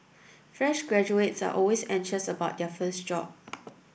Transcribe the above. fresh graduates are always anxious about their first job